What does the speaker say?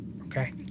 Okay